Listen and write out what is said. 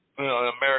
American